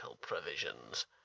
provisions